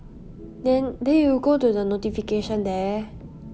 then they will go to the notification there